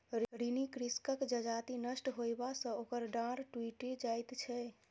ऋणी कृषकक जजति नष्ट होयबा सॅ ओकर डाँड़ टुइट जाइत छै